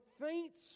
faints